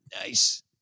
Nice